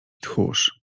tchórz